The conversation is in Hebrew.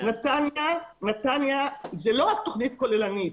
נתניה, זה לא רק תוכנית כוללנית.